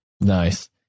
Nice